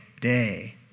day